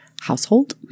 household